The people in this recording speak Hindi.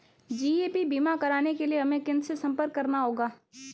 जी.ए.पी बीमा कराने के लिए हमें किनसे संपर्क करना होगा?